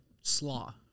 slaw